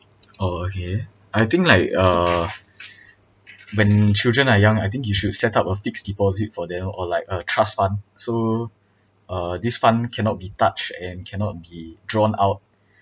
oh okay I think like uh when children are young I think you should set up a fixed deposit for them or like a trust fund so uh this fund cannot be touched and cannot be drawn out